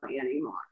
anymore